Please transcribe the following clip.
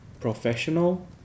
professional